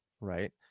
right